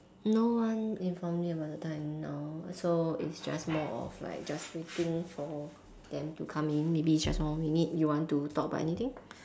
no one informed about the time no so it's just more of like just waiting for them to come in may be just one more minute you want to talk about anything